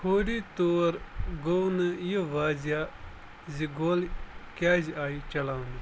فوری طور گوٚو نہٕ یہِ واضح زِ گولہِ كیازِ آیہِ چلاونہٕ